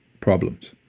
problems